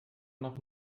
noch